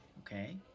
Okay